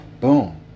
boom